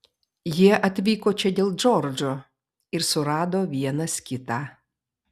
jie atvyko čia dėl džordžo ir surado vienas kitą